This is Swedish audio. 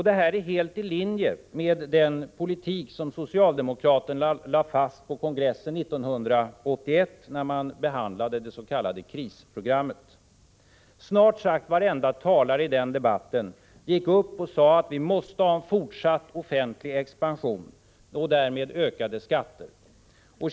Det här är helt i linje med den politik som socialdemokraterna lade fast på kongressen 1981, då det s.k. krisprogrammet behandlades. Snart sagt varje talare i den debatten sade att vi måste ha en fortsatt offentlig expansion och därmed ökade skatter.